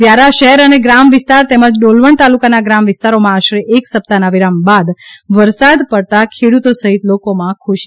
વ્યારા શહેર અને ગ્રામ વિસ્તાર તેમજ ડોલવણ તાલુકાના ગ્રામ વિસ્તારોમાં આશરે એક સપ્તાહ ના વિરામ બાદ વરસાદ પડતાં ખેડૂતો સહિત લોકો માં ખુશી